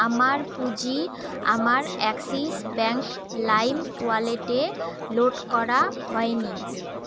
আমার পুঁজি আমার অ্যাক্সিস ব্যাঙ্ক লাইম ওয়ালেটে লোড করা হয় নি